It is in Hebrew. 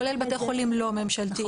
כולל בתי חולים ללא ממשלתיים.